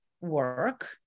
work